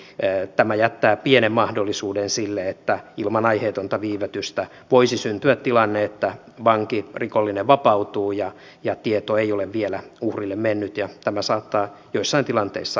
eli tämä jättää pienen mahdollisuuden sille että ilman aiheetonta viivytystä voisi syntyä tilanne että vanki rikollinen vapautuu ja tieto ei ole vielä uhrille mennyt ja tämä saattaa joissain tilanteissa aiheuttaa vaaratilanteita